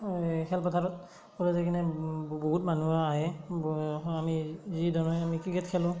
এই খেল পথাৰত ওলাই যায় কিনে বহুত মানুহ আহে আমি যিধৰণে আমি ক্ৰিকেট খেলোঁ